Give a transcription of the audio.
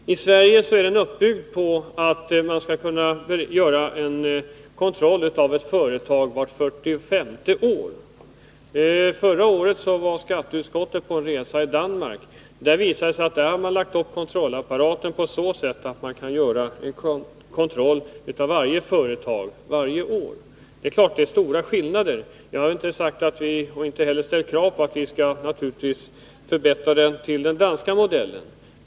I Sverige är kontrollen så uppbyggd att man kan göra en kontroll av ett företag vart fyrtiofemte år. När skatteutskottet förra året var i Danmark fick vi veta att den kontrollapparat man där har är så uppbyggd att man kan göra en kontroll av varje företag varje år. Det är stora skillnader. Jag har inte ställt krav på att vi skall förbättra vår kontrollapparat så att den blir i nivå med den danska modellen.